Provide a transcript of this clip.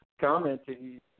commenting